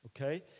Okay